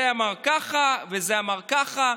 זה אמר ככה וזה אמר ככה.